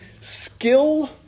skill